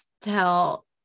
tell